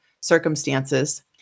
circumstances